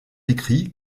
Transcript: écrits